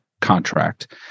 contract